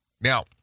Now